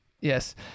Yes